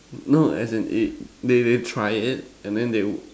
no as in it they they try it and then they